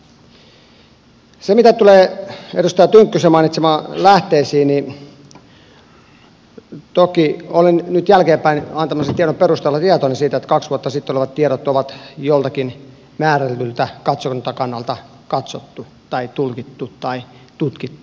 mitä tulee edustaja tynkkysen mainitsemaan lähteisiin niin toki olen nyt jälkeenpäin antamasi tiedon perusteella tietoinen siitä että kaksi vuotta sitten olevat tiedot on joltakin määrätyltä katsantokannalta katsottu tai tulkittu tai tutkittu